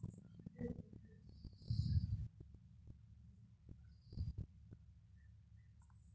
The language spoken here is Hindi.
कई देश सार्वजनिक रूप से वित्त पोषित सेवानिवृत्ति या स्वास्थ्य देखभाल प्रणाली प्रदान करते है